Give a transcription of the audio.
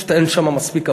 פשוט אין שם מספיק עבודה,